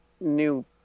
new